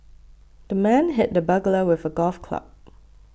the man hit the burglar with a golf club